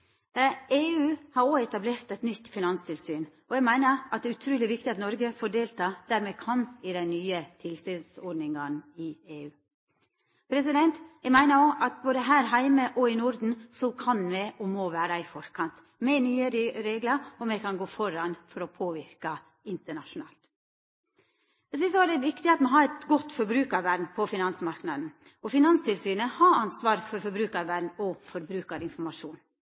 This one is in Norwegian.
EU har òg etablert eit nytt finanstilsyn, og eg meiner at det er utruleg viktig at Noreg får delta der me kan i dei nye tilsynsordningane i EU. Eg meiner òg at me både her heime og i Norden kan, og må, vera i forkant. Med nye reglar kan me gå føre for å påverka internasjonalt. Eg synest òg det er viktig at me har eit godt forbrukarvern på finansmarknaden. Finanstilsynet har ansvar for forbrukarvern og